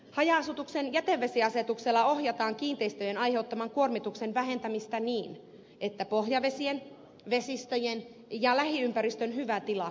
haja asutuksen jätevesiasetuksella ohjataan kiinteistöjen aiheuttaman kuormituksen vähentämistä niin että pohjavesien vesistöjen ja lähiympäristön hyvä tila voidaan saavuttaa